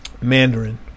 Mandarin